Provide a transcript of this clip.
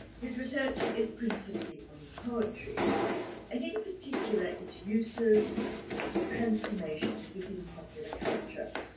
his research is principally on poetry and in particular its uses and transformations within popular culture.